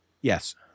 Yes